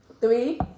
Three